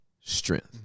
strength